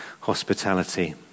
hospitality